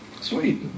Sweet